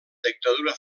dictadura